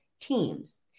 teams